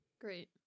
Great